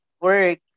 work